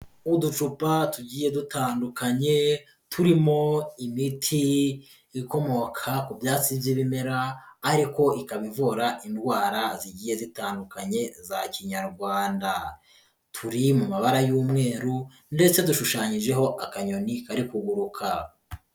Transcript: Uducupa tugiye dutandukanye, turimo imiti ikomoka ku byatsi by'ibimera ariko ikaba ivura indwara zigiye zitandukanye za kinyarwanda, turi mu mabara y'umweru ndetse dushushanyijeho akanyoni kari kuguruka